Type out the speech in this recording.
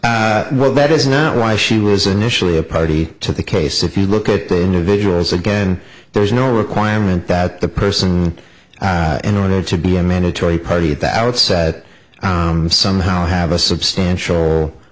what that is not why she was initially a party to the case if you look at the individuals again there is no requirement that the person in order to be a mandatory party at the outset somehow have a substantial